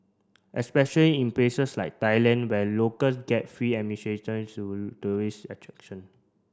especially in places like Thailand where locals get free to tourist attraction